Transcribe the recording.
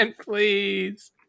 please